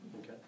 Okay